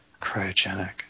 cryogenic